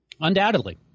Undoubtedly